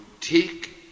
take